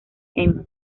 emmy